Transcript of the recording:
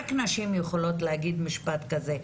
רק נשים יכולות להגיד משפט כזה.